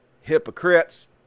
Hypocrites